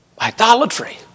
Idolatry